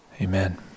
amen